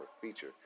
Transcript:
feature